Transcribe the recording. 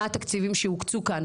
מה התקציבים שיוקצו כאן.